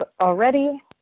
already